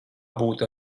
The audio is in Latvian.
būtu